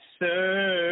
sir